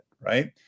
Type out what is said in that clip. right